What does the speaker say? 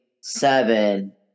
seven